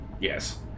Yes